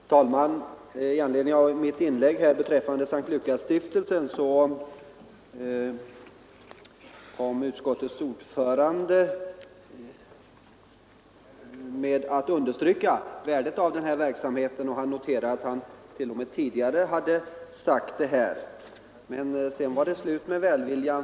Herr talman! I anledning av mitt inlägg beträffande S:t Lukasstiftelsen underströk utskottets ordförande värdet av dess verksamhet. Han påstod t.o.m. att han tidigare hade betonat detta. Men sedan var det slut med välviljan.